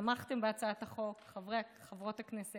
שהעבירה מסר מאוד מאוד קשה לציבור הנפגעות והנפגעים,